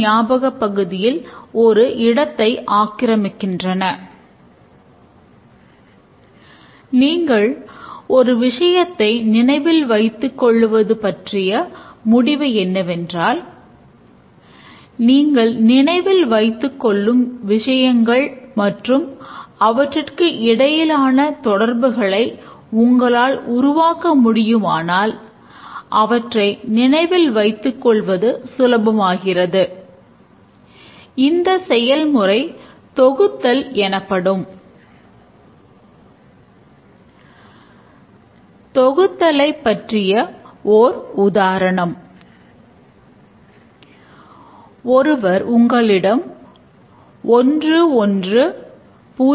நாம் தெளிவாக இருக்க வேண்டிய ஒரு விஷயம் என்னவென்றால் கட்டமைக்கப்பட்ட பகுப்பாய்வானது வாடிக்கையாளர்களின் தேவையைப் பற்றிய ஒரு விரிவாக்கம் என்பதே